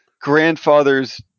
grandfather's